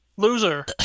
Loser